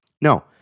No